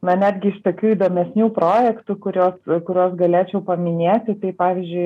na netgi iš tokių įdomesnių projektų kurio kuriuos galėčiau paminėti tai pavyzdžiui